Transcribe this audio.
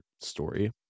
story